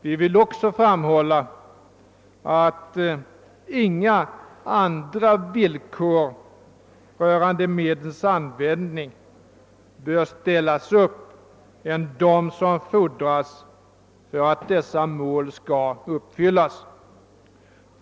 Vi vill också framhålla att inga andra villkor rörande medlens användning bör ställas upp än de som fordras för att dessa mål skall uppfyllas.